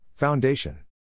Foundation